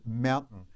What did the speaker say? mountain